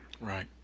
Right